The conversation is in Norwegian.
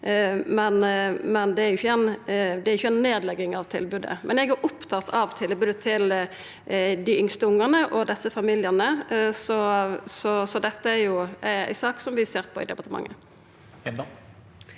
men det er ikkje ei nedlegging av tilbodet. Eg er opptatt av tilbodet til dei yngste ungane og desse familiane, så dette er ei sak vi ser på i departementet.